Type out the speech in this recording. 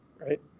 Right